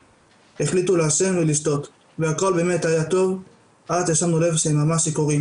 החליטו לעשן ולשתות והכול באמת היה טוב עד ששמנו לב שהם ממש שיכורים